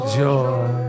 joy